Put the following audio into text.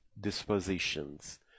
dispositions